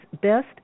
best